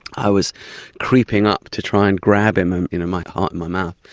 i was creeping up to try and grab him, you know, my heart in my mouth,